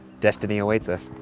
destiny awaits us.